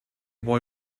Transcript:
boy